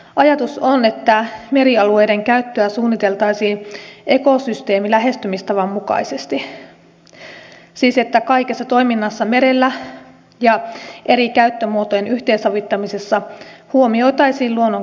ajatus on että merialueiden käyttöä suunniteltaisiin ekosysteemilähestymistavan mukaisesti siis että kaikessa toiminnassa merellä ja eri käyttömuotojen yhteensovittamisessa huomioitaisiin luonnon kestokyky